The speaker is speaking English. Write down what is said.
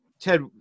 Ted